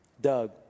Doug